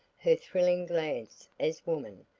her thrilling glance as woman,